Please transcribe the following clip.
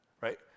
Right